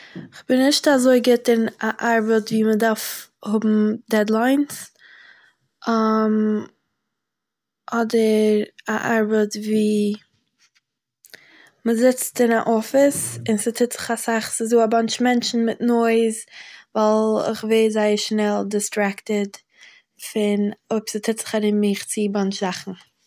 כ'בין נישט אזוי גוט אין א ארבעט וואו מען דארף האבן דעדליינס, אדער א ארבעט וואו מ'זיצט אין א אפיס און ס'טוהט זיך אסאך, ס'איז דא א באנטש מענטשן מיט נויז, ווייל איך ווער זייער שנעל דיסטרעקטעד פון אויב ס'טוהט זיך ארום מיך צו א באנטש זאכן